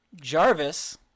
Jarvis